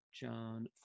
John